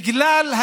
בגלל שזה חינוך.